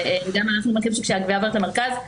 וגם אנחנו --- כשהגבייה תעבור למרכז,